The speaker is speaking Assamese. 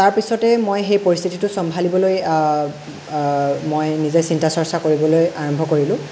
তাৰ পিছতে মই সেই পৰিস্থিতিটো চম্ভালিবলৈ মই নিজে চিন্তা চৰ্চা কৰিবলৈ আৰম্ভ কৰিলোঁ